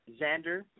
Xander